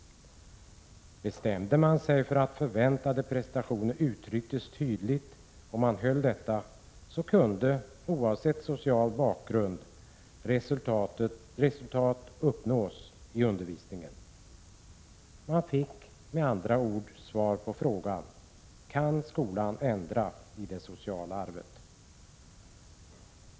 Bestämde man sig för att förväntade prestationer uttrycktes tydligt och man höll detta, då kunde — oavsett social bakgrund — resultat uppnås i undervisningen. Man fick med andra ord svar på frågan: Kan skolan ändra i det sociala arvet?